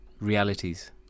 Realities